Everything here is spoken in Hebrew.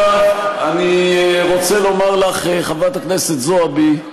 עכשיו, אני רוצה לומר לך, חברת הכנסת זועבי,